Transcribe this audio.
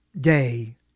day